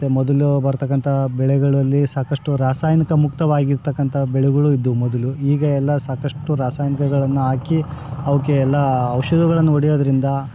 ಮತ್ತು ಮೊದಲು ಬರ್ತಕ್ಕಂಥ ಬೆಳೆಗಳಲ್ಲಿ ಸಾಕಷ್ಟು ರಾಸಾಯನಿಕ ಮುಕ್ತವಾಗಿರ್ತಕ್ಕಂಥ ಬೆಳೆಗಳು ಇದ್ದವು ಮೊದಲು ಈಗ ಎಲ್ಲ ಸಾಕಷ್ಟು ರಾಸಾಯನಿಕಗಳನ್ನು ಹಾಕಿ ಅವಕ್ಕೆ ಎಲ್ಲ ಔಷಧಗಳನ್ ಹೊಡಿಯೋದ್ರಿಂದ